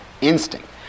instinct